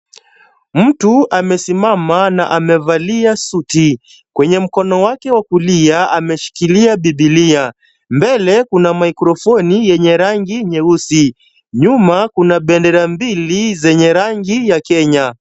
Mtu amesimama na amevalia suti. Kwenye mkono wake wa kulia ameshikilia Bibilia. Mbele kuna microphoni yenye rangi nyeusi. Nyuma kuna bendera mbili zenye rangi ya Kenya.